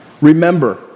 Remember